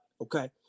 okay